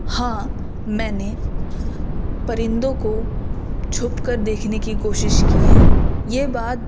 ہاں میں نے پرندوں کو چھپ کر دیکھنے کی کوشش کی ہے یہ بات